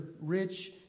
rich